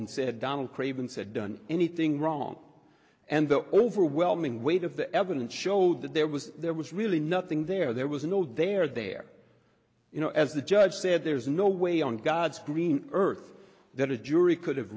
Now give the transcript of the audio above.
said donald craven said done anything wrong and the overwhelming weight of the evidence showed that there was there was really nothing there there was no there there you know as the judge said there's no way on god's green earth that a jury could